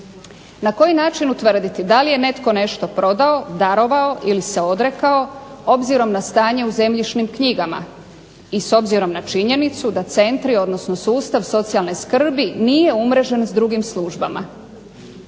Na koji način utvrditi da li je netko nešto prodao, darovao ili se odrekao obzirom na stanje u zemljišnim knjigama i s obzirom na činjenicu da centri odnosno sustav socijalne skrbi nije umrežen s drugim službama.